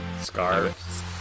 scarves